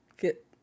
get